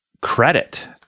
credit